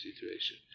situation